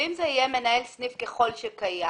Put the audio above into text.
ואם זה יהיה מנהל סניף ככל שקיים?